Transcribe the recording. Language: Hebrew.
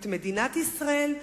את מדינת ישראל,